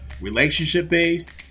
relationship-based